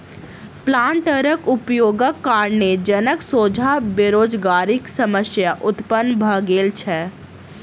प्लांटरक उपयोगक कारणेँ जनक सोझा बेरोजगारीक समस्या उत्पन्न भ गेल छै